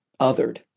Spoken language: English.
othered